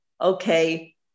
okay